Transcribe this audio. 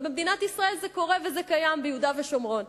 אבל במדינת ישראל זה קורה וזה קיים ביהודה ושומרון.